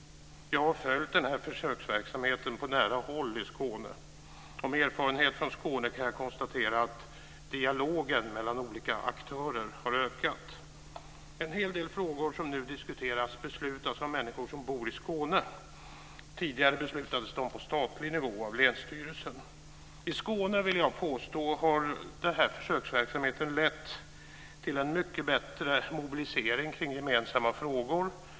Jag har följt försöksverksamheten på nära håll i Skåne. Med erfarenhet från Skåne kan jag konstatera att dialogen mellan olika aktörer har ökat. En hel del frågor som nu diskuteras och beslutas om av människor som bor i Skåne beslutades tidigare om på statlig nivå av länsstyrelsen. I Skåne har denna försöksverksamhet lett till en mycket bättre mobilisering kring gemensamma frågor, vill jag påstå.